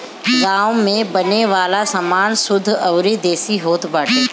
गांव में बने वाला सामान शुद्ध अउरी देसी होत बाटे